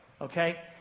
Okay